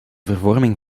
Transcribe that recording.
vervorming